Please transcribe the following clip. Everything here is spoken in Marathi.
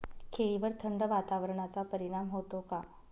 केळीवर थंड वातावरणाचा परिणाम होतो का?